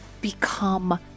become